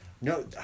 no